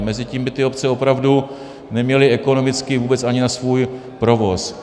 Mezitím by ty obce opravdu neměly ekonomicky vůbec ani na svůj provoz.